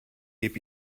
gebe